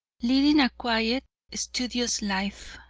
leading a quiet, studious life,